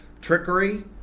trickery